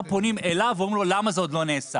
פונים אליו ואומרים לו: למה זה עוד לא נעשה?